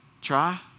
Try